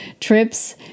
trips